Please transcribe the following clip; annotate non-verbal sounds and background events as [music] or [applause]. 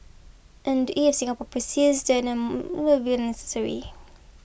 and if Singapore persists then a [unintelligible] unnecessary